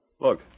Look